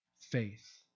faith